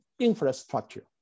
infrastructure